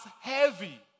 heavy